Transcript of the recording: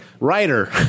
writer